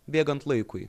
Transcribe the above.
bėgant laikui